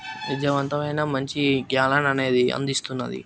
విద్యావంతమైన మంచి జ్ఞానాన్ని అనేది అందిస్తున్నాది